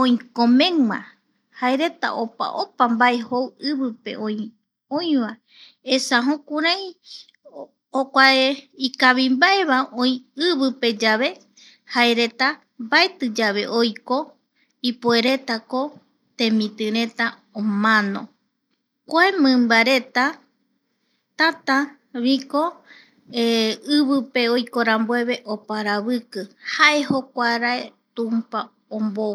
oikomegua jaereta opa opa mbae jou ivipe oi, oivae, esa jokurai jokuae ikavimbaeva oi ivi pe yave, jaereta mbaeti yave oiko ipueretako temiti reta omano. kua mimbareta tata viko ivipe oiko rambueve oparaviki jae jokuara tumpa ombou.